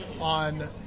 on